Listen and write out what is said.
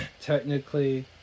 technically